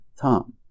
tom